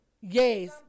Yes